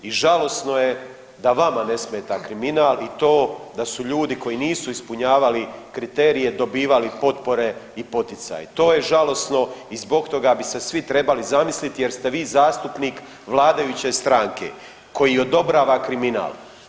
I žalosno je da vama ne smeta kriminal i to da su ljudi koji nisu ispunjavali kriterije dobili potpore i poticaje, to je žalosno i zbog toga bi se svi trebali zamislit jer ste vi zastupnik vladajuće stranke koji odobrava kriminal.